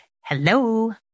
hello